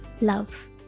love